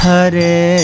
Hare